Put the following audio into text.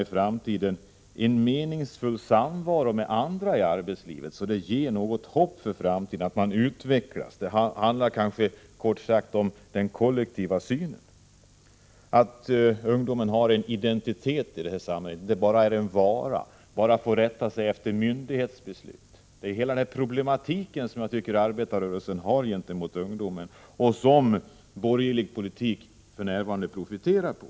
Genom sin utveckling tillsammans med andra i arbetslivet skall ungdomarna få ett hopp inför framtiden. Kort sagt handlar det om det kollektiva synsättet, som innebär att ungdomen har en identitet i samhället och inte bara betraktas som en vara och får rätta sig efter myndighetsbeslut. Arbetarrörelsen har ett ansvar för hela denna problematik när det gäller ungdomen, en problematik som borgerlig politik för närvarande profiterar på.